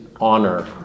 honor